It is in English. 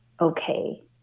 okay